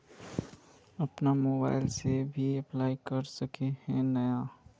अपन मोबाईल से भी अप्लाई कर सके है नय?